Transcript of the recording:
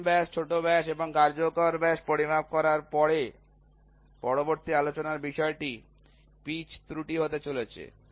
প্রধান ব্যাস ছোট ব্যাস এবং কার্যকর ব্যাস পরিমাপ করার পরে পরবর্তী আলোচনার বিষয়টি পিচ ত্রুটি হতে চলেছে